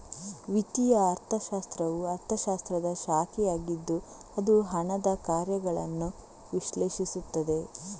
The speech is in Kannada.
ವಿತ್ತೀಯ ಅರ್ಥಶಾಸ್ತ್ರವು ಅರ್ಥಶಾಸ್ತ್ರದ ಶಾಖೆಯಾಗಿದ್ದು ಅದು ಹಣದ ಕಾರ್ಯಗಳನ್ನು ವಿಶ್ಲೇಷಿಸುತ್ತದೆ